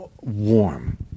warm